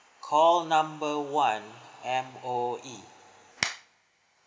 call number one M_O_E